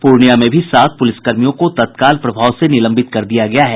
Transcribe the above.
पूर्णियां में भी सात प्रलिसकर्मियों को तत्काल प्रभाव से निलंबित कर दिया गया है